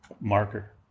marker